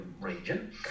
region